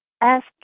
ask